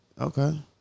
Okay